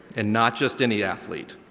and not just any athlete.